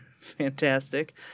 fantastic